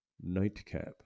nightcap